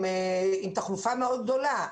הם עם תחלופה מאוד גדולה.